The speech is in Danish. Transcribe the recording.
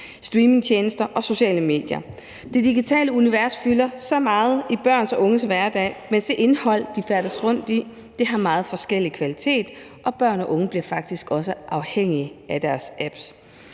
streamingtjenester og sociale medier. Det digitale univers fylder så meget i børn og unges hverdag, men det indhold, de færdes rundt i, har meget forskellig kvalitet, og børn og unge bliver faktisk også afhængige af deres apps.